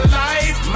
life